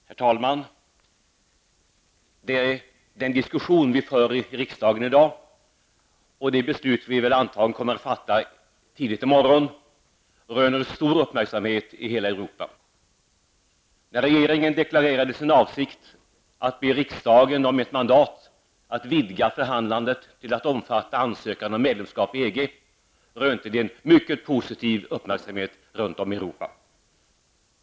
Herr talman! Den diskussion som vi för i riksdagen i dag och det beslut vi antagligen kommer att fatta tidigt i morgon röner stor uppmärksamhet i hela Europa. När regeringen deklarerade sin avsikt att be riksdagen om ett mandat att vidga förhandlandet till att omfatta ansökan om medlemskap i EG, mötte det mycket postitiv uppmärksamhet runt om i Europa.